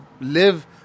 live